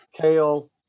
kale